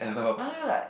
I also like